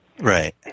Right